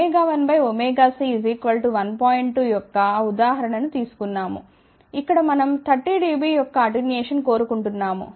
2యొక్క ఆ ఉదాహరణ ను తీసుకున్నాము ఇక్కడ మనం 30 dB యొక్క అటెన్యుయేషన్ కోరుకుంటున్నాము